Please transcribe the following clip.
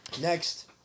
next